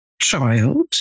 child